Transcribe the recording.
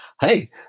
Hey